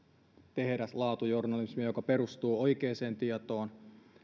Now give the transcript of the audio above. tehdä laatujournalismia joka perustuu oikeaan tietoon